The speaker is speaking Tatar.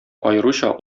аеруча